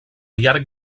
llarg